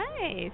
nice